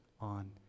on